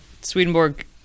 Swedenborg